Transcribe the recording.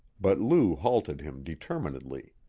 but lou halted him determinedly.